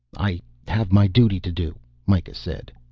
i have my duty to do, mikah said.